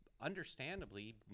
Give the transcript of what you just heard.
understandably